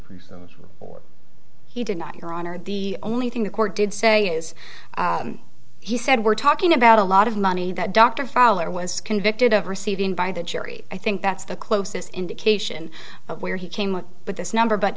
working or he did not your honor the only thing the court did say is he said we're talking about a lot of money that dr fowler was convicted of receiving by the jury i think that's the closest indication of where he came with this number but